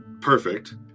perfect